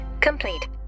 complete